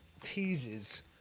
teases